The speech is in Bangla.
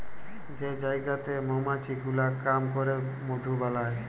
যে জায়গাতে মমাছি গুলা কাম ক্যরে মধু বালাই